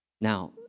Now